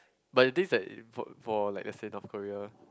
but the thing is that for for let's say North Korea